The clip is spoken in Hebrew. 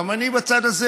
גם אני בצד הזה,